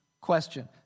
question